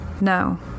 No